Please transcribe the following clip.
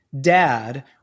dad